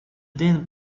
день